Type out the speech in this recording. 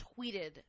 tweeted